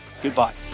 Goodbye